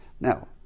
Now